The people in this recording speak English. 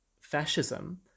fascism